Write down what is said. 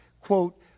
quote